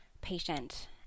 patient